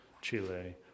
Chile